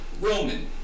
Roman